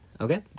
okay